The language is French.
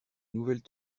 nouvelles